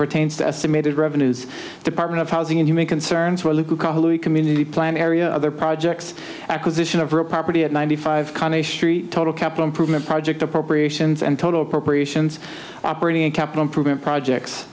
pertains to estimated revenues department of housing and you may concerns were community plan area other projects acquisition of or a property at ninety five total capital improvement project appropriations and total appropriations operating capital improvement projects